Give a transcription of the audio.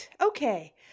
Okay